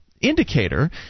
indicator